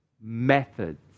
Methods